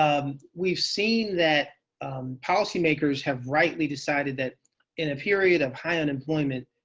um we've seen that policymakers have rightly decided that in a period of high unemployment,